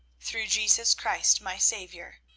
through jesus christ my saviour.